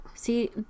See